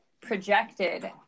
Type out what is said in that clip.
projected